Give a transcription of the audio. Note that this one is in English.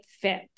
fit